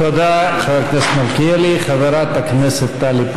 תודה, חבר הכנסת מלכיאלי.